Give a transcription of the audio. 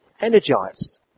energized